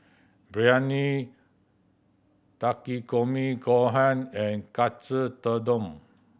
Biryani Takikomi Gohan and Katsu Tendon